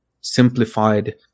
simplified